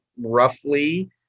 roughly